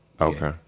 Okay